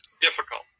difficult